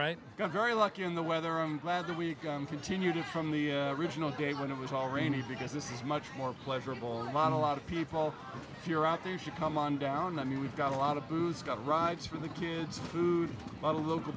right got very lucky in the weather i'm glad that we continue to from the original date when it was all rainy because this is much more pleasurable and i'm on a lot of people if you're out there should come on down i mean we've got a lot of booze got rides for the kids food by the local